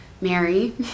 Mary